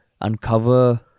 uncover